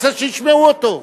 רוצה שישמעו אותו.